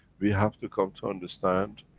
we have become to understand,